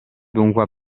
dunque